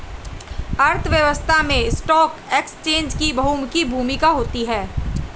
अर्थव्यवस्था में stock exchange की बहुमुखी भूमिका होती है